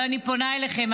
אבל אני פונה אליכם,